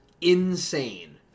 insane